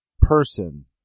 person